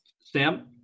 Sam